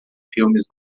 filmes